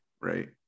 right